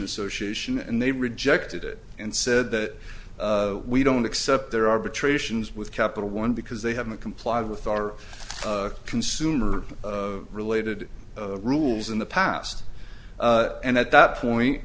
association and they rejected it and said that we don't accept their arbitrations with capital one because they have not complied with our consumer related rules in the past and at that point